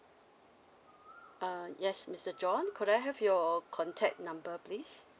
err yes mister john could I have your contact number please